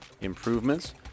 improvements